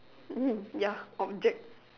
!ee! ya object